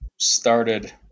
started